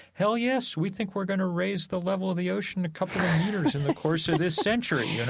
hell, yes. we think we're going to raise the level of the ocean a couple of meters in the course of this century. yeah